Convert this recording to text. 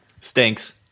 stinks